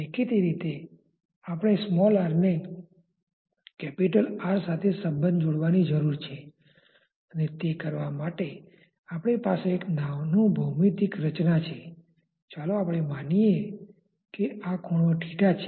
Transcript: દેખીતી રીતે આપણે r ને R સાથે સંબંધ જોડવા ની જરૂર છે અને તે કરવા માટે આપણી પાસે એક નાનું ભૌમિતિક રચના છે ચાલો આપણે માની લઇએ કે આ ખૂણો છે